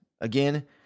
Again